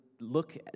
look